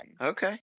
Okay